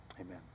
Amen